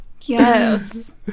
Yes